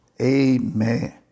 Amen